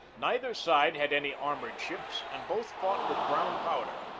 neither side had any armored ships and both fought with brown powder.